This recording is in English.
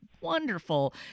wonderful